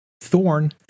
thorn